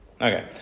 Okay